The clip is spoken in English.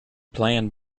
plan